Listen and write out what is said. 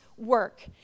work